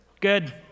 Good